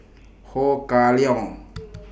Ho Kah Leong